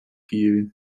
києві